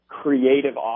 creative